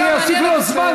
עשית עצמך נביא?